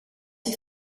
die